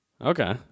Okay